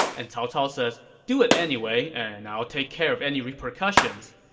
and cao cao says do it anyway and i'll take care of any repercussions.